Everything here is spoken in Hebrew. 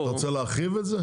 כתוצאה מהשינוי הזה,